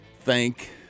Thank